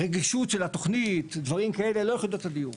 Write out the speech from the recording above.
רגישות של התוכנית, דברים כאלה, לא יחידות הדיור.